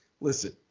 listen